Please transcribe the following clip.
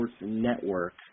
network